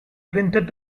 printed